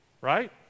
Right